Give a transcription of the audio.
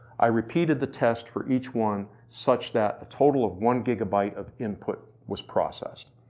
i repeated the test for each one, such that a total of one gigabyte of input was processed.